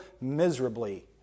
miserably